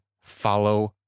follow